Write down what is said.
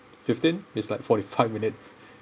fifteen is like forty five minutes